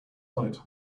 night